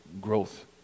growth